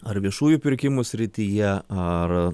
ar viešųjų pirkimų srityje ar